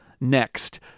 next